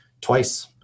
twice